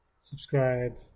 subscribe